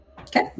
Okay